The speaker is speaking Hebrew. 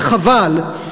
חבל,